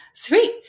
sweet